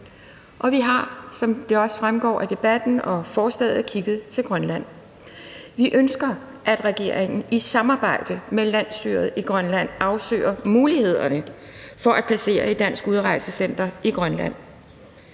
Og vi har, som det også fremgår af debatten og forslaget, kigget til Grønland. Vi ønsker, at regeringen i samarbejde med landsstyret i Grønland afsøger mulighederne for at placere et dansk udrejsecenter i Grønland.